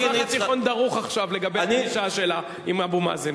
כל המזרח התיכון דרוך עכשיו לגבי הפגישה שלה עם אבו מאזן.